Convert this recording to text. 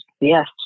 Yes